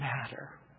matter